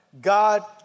God